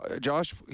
Josh